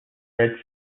red